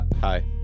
Hi